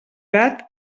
gat